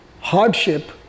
hardship